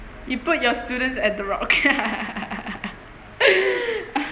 you put your students at the rock